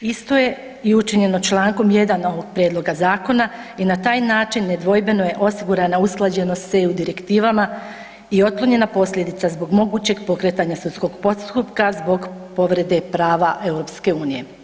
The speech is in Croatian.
Isto je i učinjeno čl. 1. ovog prijedloga zakona i na taj način nedvojbeno je osigurana usklađenost sa EU direktivama i otklonjena posljedica zbog mogućeg pokretanja sudskog postupka zbog povrede prava EU.